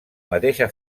mateixa